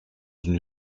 une